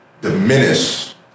diminish